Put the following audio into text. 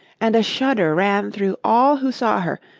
and a shudder ran through all who saw her,